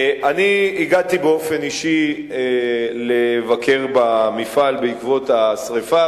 אני הגעתי באופן אישי לבקר במפעל בעקבות השרפה,